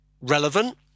relevant